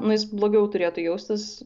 nu jis blogiau turėtų jaustis